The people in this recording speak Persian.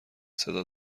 صدا